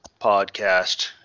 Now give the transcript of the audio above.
podcast